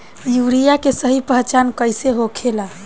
Urea के सही पहचान कईसे होखेला?